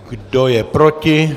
Kdo je proti?